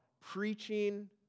preaching